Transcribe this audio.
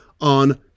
on